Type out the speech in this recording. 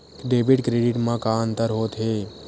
Debit credit मा का अंतर होत हे?